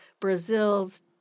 Brazil's